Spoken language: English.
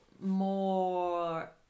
more